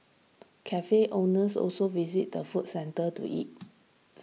cafe owners also visit the food centre to eat